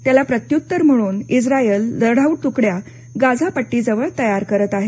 त्याला प्रत्युत्तर म्हणून इस्त्रायल लढाऊ तुकड्या गाझा पट्टीजवळ तयार करत आहे